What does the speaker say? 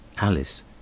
Alice